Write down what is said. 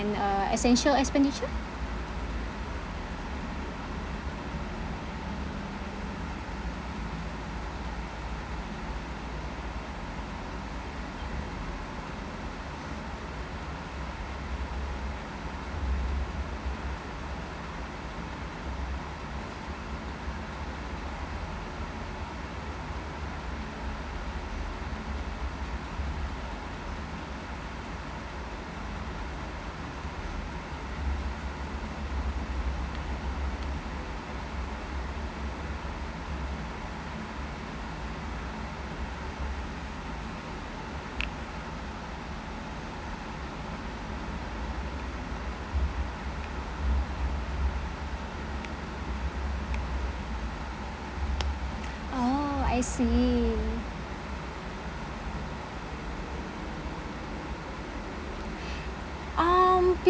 uh essential expenditure oh I see um